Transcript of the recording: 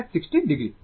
এই কারণেই 60o